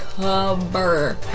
cover